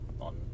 on